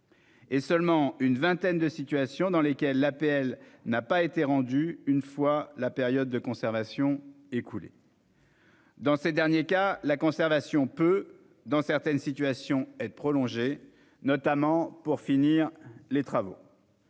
et seulement une vingtaine de situations dans lesquelles l'APL n'a pas été rendue une fois la période de conservation écoulée. Dans ces derniers cas, la conservation peut, dans certaines situations, être prolongée, notamment pour finir les travaux.